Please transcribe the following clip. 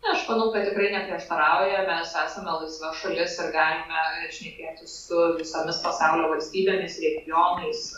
aš manau kad tikrai neprieštarauja mes esame laisva šalis ir galime šnekėti su visomis pasaulio valstybėmis regionais